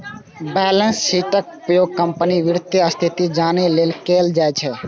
balance शीटक उपयोग कंपनीक वित्तीय स्थिति जानै लेल कैल जाइ छै